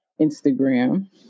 Instagram